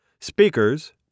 Speakers